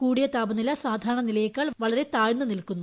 കൂടിയ താപനില സാധാരണ നിലയേക്കാൾ വളരെ താഴ്ന്ന് നിൽക്കുന്നു